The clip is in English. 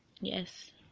Yes